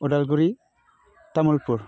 Udalguri Tamulpur